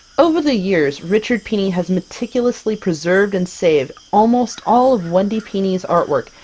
over the years richard pini has meticulously preserved and saved almost all of wendy pini's artwork,